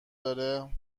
داره